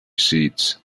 seeds